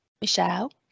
Michelle